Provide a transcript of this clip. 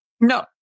No